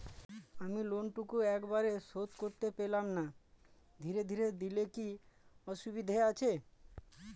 আমি লোনটুকু একবারে শোধ করতে পেলাম না ধীরে ধীরে দিলে কি অসুবিধে আছে?